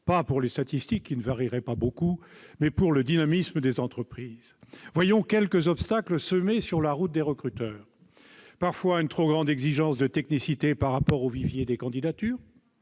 de vue des statistiques, qui ne varieraient pas beaucoup, que de celui du dynamisme des entreprises. Citons quelques obstacles semés sur la route des recruteurs : une trop grande exigence de technicité par rapport au vivier des candidatures,